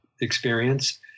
experience